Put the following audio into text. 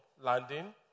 landing